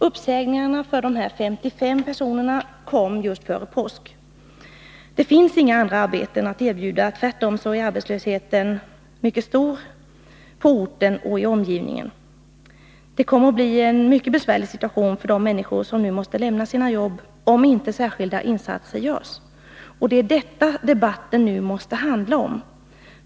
Uppsägningarna för dessa 55 personer kom just före påsk. Det finns inga andra arbeten att erbjuda. Tvärtom är arbetslösheten mycket stor på orten och i omgivningen. Det kommer att bli en mycket besvärlig situation för de människor som nu måste lämna sina jobb, om inte särskilda insatser görs. Och det är detta debatten nu måste handla om.